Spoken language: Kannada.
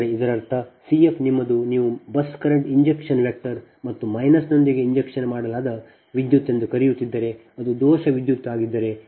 ಆದ್ದರಿಂದ ಇದರರ್ಥ ಸಿ ಎಫ್ ನಿಮ್ಮದು ನೀವು ಬಸ್ ಕರೆಂಟ್ ಇಂಜೆಕ್ಷನ್ ವೆಕ್ಟರ್ ಮತ್ತು ಮೈನಸ್ನೊಂದಿಗೆ ಇಂಜೆಕ್ಟ್ ಮಾಡಲಾದ ವಿದ್ಯುತ್ ಎಂದು ಕರೆಯುತ್ತಿದ್ದರೆ ಅದು ದೋಷ ವಿದ್ಯುತ್ಅಗಿದ್ದರೆ ನಿಮ್ಮ ಈ ವಿಷಯವು ಕೆಳಕ್ಕೆ ಹೋಗುತ್ತದೆ ಸರಿ